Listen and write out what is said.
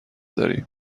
داریم